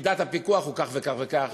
מידת הפיקוח היא כך וכך וכך,